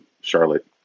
charlotte